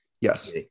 Yes